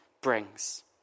brings